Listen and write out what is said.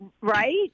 right